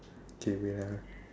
okay wait ah